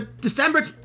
December